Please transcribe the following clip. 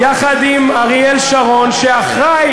ראש בית"ר.